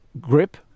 grip